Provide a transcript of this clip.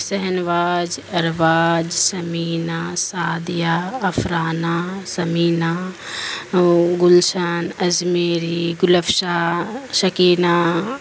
صہنوج ارواز سثمینہ سادیہ افرانہ سمینہ گلشان ازمیری گلفشا شکینہ